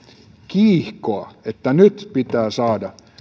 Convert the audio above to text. kiihkoa että nyt pitää saada